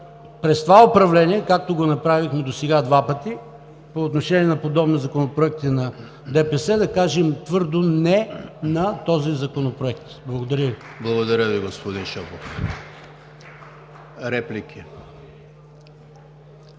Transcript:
през това управление, както го направихме досега два пъти – по отношение на подобни законопроекти на ДПС, да кажем твърдо – не, на този законопроект. Благодаря Ви. (Ръкопляскания от ОП.)